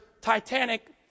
Titanic